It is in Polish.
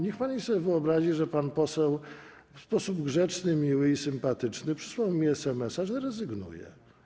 Niech pani sobie wyobrazi, że pan poseł w sposób grzeczny, miły i sympatyczny przysłał mi SMS, że rezygnuje.